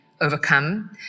overcome